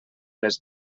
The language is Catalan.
les